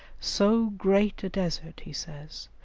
so great a desert, he says,